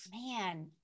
Man